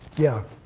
yeah,